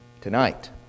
tonight